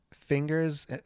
Fingers